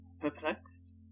perplexed